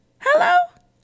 Hello